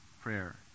prayer